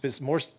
More